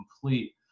complete